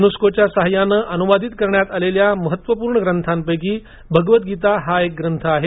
UNESCO च्या सहाय्यानं अनुवादित करण्यात आलेल्या महत्वपूर्ण ग्रंथांपैकी भगवद्गीता एक आहे